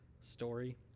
story